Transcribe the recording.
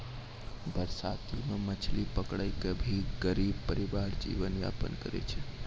बरसाती मॅ मछली पकड़ी कॅ भी गरीब परिवार जीवन यापन करै छै